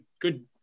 good